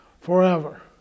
Forever